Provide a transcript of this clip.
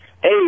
Hey